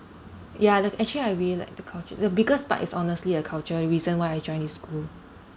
ya the actually I really like the culture because but it's honestly the culture reason why I join this school